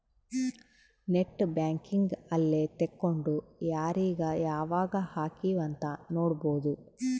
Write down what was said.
net banking ಅಲ್ಲೆ ತೆಕ್ಕೊಂಡು ಯಾರೀಗ ಯಾವಾಗ ಹಕಿವ್ ಅಂತ ನೋಡ್ಬೊದು